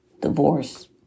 divorce